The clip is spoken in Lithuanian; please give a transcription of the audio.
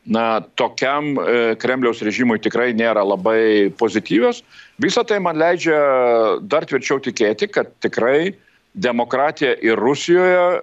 na tokiam kremliaus režimui tikrai nėra labai pozityvios visa tai man leidžia dar tvirčiau tikėti kad tikrai demokratija ir rusijoje